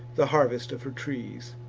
the harvest of her trees.